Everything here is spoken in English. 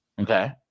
okay